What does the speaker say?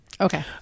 Okay